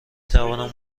توانم